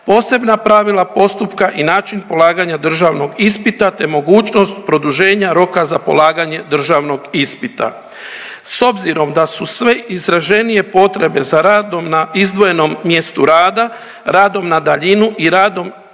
posebna pravila postupka i način polaganja državnog ispita te mogućnost produženja roka za polaganje državnog ispita. S obzirom da su sve izraženije potrebe za radom na izdvojenom mjestu rada, radom na daljinu i radom